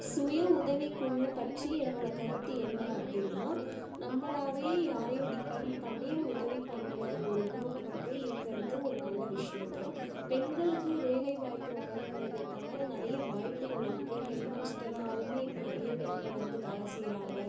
சுய உதவிக்குழு பற்றி என்னோட கருத்து என்ன அப்படின்னா நம்மளாவே யாரையும் டிப்பன் பண்ணி உதவி பண்ணுற ஒரு குரூப் வந்து இருக்கிறது ஒரு நல்ல விஷயோ தான் பெண்களுக்கு வேலைவாய்ப்பு வழங்குவதற்கான நிறைய வாய்ப்புகள் இருக்கு ஹெட்மாஸ்டராகவுமே இப்போ நிறைய பெண்கள் வந்து வேலை செய்கிறாங்க